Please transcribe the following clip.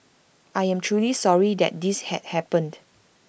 I am truly sorry that this had happened